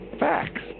facts